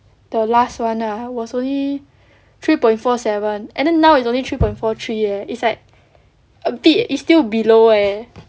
the last [one] ah was only three point four seven and then now it's only three point four three eh is like a bit is still below eh